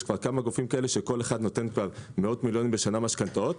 יש כמה גופים כאלה שכל אחד מהם נותן מאות מיליונים בשנה משכנתאות,